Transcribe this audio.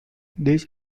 these